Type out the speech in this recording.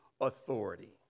authority